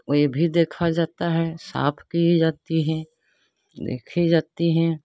और यह भी देखा जाता है साफ़ की जाती हैं देखी जाती हैं